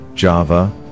Java